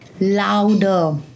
Louder